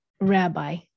rabbi